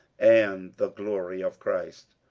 and the glory of christ.